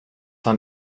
han